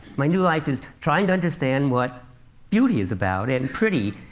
my new life is trying to understand what beauty is about, and pretty,